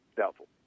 doubtful